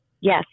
Yes